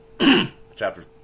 Chapter